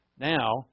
Now